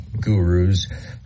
gurus